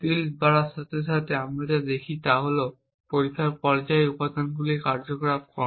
স্টিলথ বাড়ার সাথে সাথে আমরা যা দেখি তা হল পরীক্ষার পর্যায়ে এই উপাদানগুলির কার্যকলাপ কম